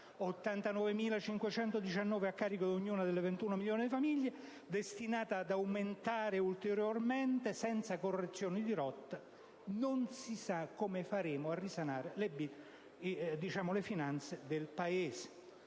89.519 euro a carico di ognuna delle 21 milioni di famiglie, destinato ad aumentare ulteriormente senza correzioni di rotta, non si sa come faremo a risanare le finanze del Paese.